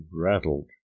rattled